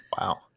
Wow